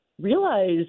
realize